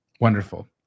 Wonderful